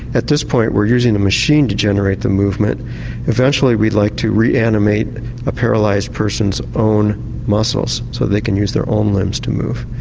at this point we are using a machine to generate the movement eventually we'd like to re-animate a paralysed person's own muscles so they can use their own limbs to move.